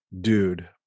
Dude